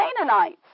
Canaanites